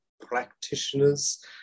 practitioners